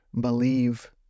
believe